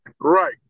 Right